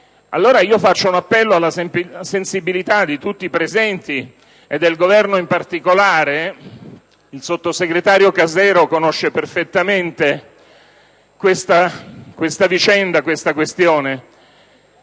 oneri. Faccio un appello alla sensibilità di tutti presenti e del Governo in particolare. Il sottosegretario Casero conosce perfettamente questa vicenda e sa benissimo